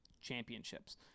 championships